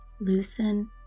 loosen